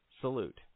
Salute